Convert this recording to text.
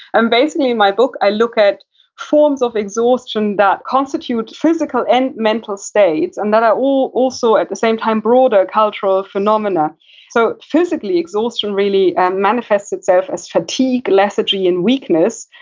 and, basically in my book i look at forms of exhaustion that constitute physical and mental states, and that are all also at the same time broader cultural phenomenon so, physically exhaustion really manifest itself as fatigue, lethargy, and weakness,